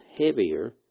heavier